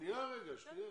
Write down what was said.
שנייה רגע.